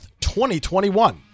2021